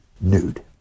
nude